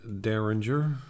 Derringer